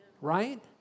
right